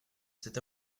cet